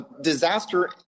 disaster